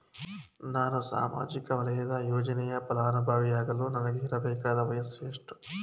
ನಾನು ಸಾಮಾಜಿಕ ವಲಯದ ಯೋಜನೆಯ ಫಲಾನುಭವಿ ಯಾಗಲು ನನಗೆ ಇರಬೇಕಾದ ವಯಸ್ಸು ಎಷ್ಟು?